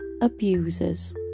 abusers